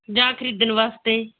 ਜਾਂ ਖਰੀਦਣ ਵਾਸਤੇ